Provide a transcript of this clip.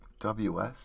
WS